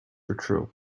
patrol